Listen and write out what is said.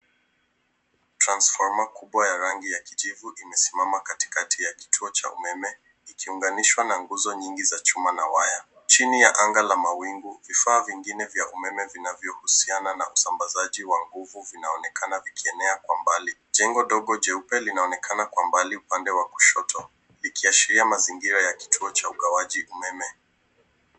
Transformer kubwa ya rangi ya kijivu imesimama katikati ya kituo cha umeme ikiunganishwa na nguzo nyingi ya chuma na waya. Chini ya anga ya mawingu vifaa vingine vya umeme vinavyohusiana na usambazaji wa nguvu vinaonekana vikienena kwa mbali. Jengo dogo jeupe linaonekana kwa umbali upande wa kushoto likiashiria mazingira ya kituo cha ugawaji umeme.